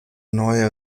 neue